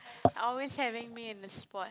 always having me in the spot